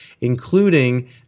including